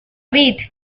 vid